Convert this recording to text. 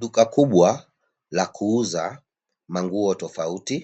Duka kubwa la kuuza manguo tofauti